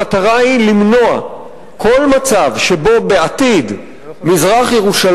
המטרה היא למנוע כל מצב שבו בעתיד מזרח-ירושלים